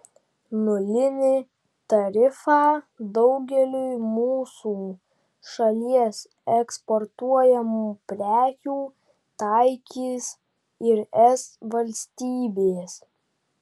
nulinį tarifą daugeliui mūsų šalies eksportuojamų prekių taikys ir es valstybės